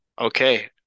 Okay